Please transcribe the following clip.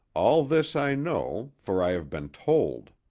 all this i know, for i have been told.